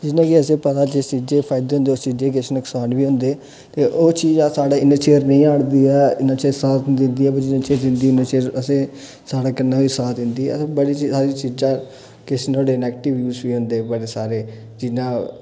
जि'यां की असें ई पता जिस चीज़ै दे फायदे होंदे न ते उस चीज़ै दे किश नुकसान बी होंदे न ते ओह् चीज़ आ साढ़े इ'न्ना चिर नेईं हंडदी ऐ इ'न्ना चिर साथ नेईं दिन्दी ऐ पर जि'न्ना चिर दिन्दी ऐ उ'न्ना चिर असें साढ़े कन्नै होई साथ दिन्दी ऐ असें बड़ियां सरियां चीज़ां न किश न्हाड़े नेगेटिव व्यूज बी होंदे बड़े सारे जि'यां